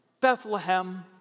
Bethlehem